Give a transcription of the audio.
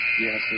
Yes